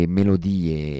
melodie